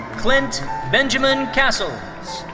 clint benjamin castles.